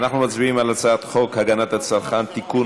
אנחנו מצביעים על הצעת חוק הגנת הצרכן (תיקון,